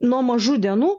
nuo mažų dienų